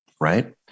right